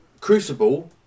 Crucible